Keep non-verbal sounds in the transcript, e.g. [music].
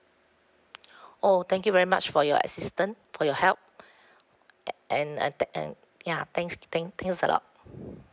[breath] oh thank you very much for your assistant for your help [breath] a~ and and tha~ and ya thanks thank thanks a lot [breath]